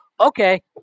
okay